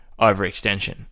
overextension